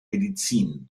medizin